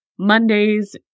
mondays